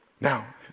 Now